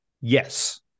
yes